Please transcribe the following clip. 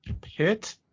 Pit